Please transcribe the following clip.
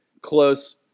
Close